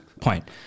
point